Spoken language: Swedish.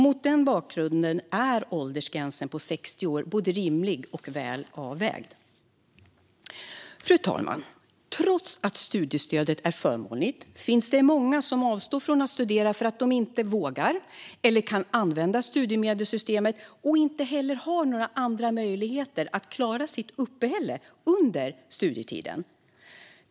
Mot den bakgrunden är åldersgränsen på 60 år både rimlig och väl avvägd. Fru talman! Trots att studiestödet är förmånligt finns det många som avstår från att studera för att de inte vågar eller kan använda studiemedelssystemet och inte heller har några andra möjligheter att klara sitt uppehälle under studietiden.